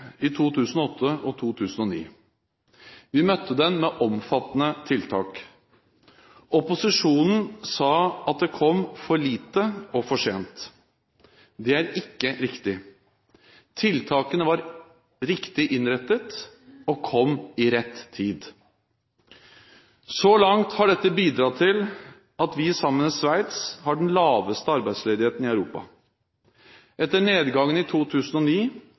i 2008 og 2009. Vi møtte den med omfattende tiltak. Opposisjonen sa at det kom for lite og for sent. Det er ikke riktig. Tiltakene var riktig innrettet og kom i rett tid. Så langt har dette bidratt til at vi sammen med Sveits har den laveste arbeidsledigheten i Europa. Etter nedgangen i 2009